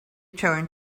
turned